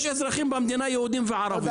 יש אזרחים במדינה, יהודים וערבים.